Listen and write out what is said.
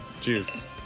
juice